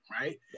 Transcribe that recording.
right